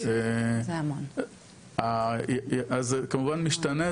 זה כמובן משתנה,